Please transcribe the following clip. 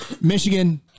Michigan